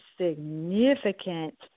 significant